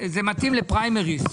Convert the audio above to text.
זה מתאים לפריימריז.